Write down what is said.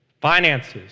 finances